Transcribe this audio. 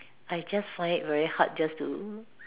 I just find it very hard just to